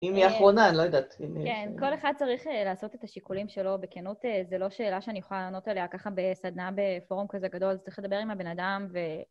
אם היא אחרונה, אני לא יודעת... כן, כל אחד צריך לעשות את השיקולים שלו. בכנות זו לא שאלה שאני יכולה לענות עליה ככה בסדנה, בפורום כזה גדול, אז צריך לדבר עם הבן אדם ו...